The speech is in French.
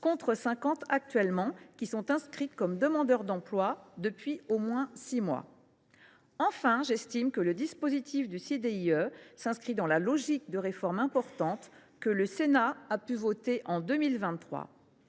contre 50 ans actuellement, qui sont inscrites comme demandeurs d’emploi depuis au moins six mois. Enfin, j’estime que le dispositif du CDIE s’inscrit dans la logique de réformes importantes, que le Sénat a votées en 2023